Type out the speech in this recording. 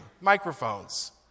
Microphones